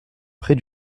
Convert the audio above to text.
près